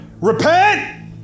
repent